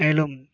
மேலும்